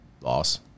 Loss